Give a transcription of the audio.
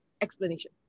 explanation